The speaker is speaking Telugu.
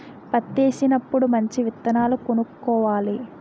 పత్తేసినప్పుడు మంచి విత్తనాలు కొనుక్కోవాలి